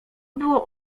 było